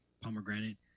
pomegranate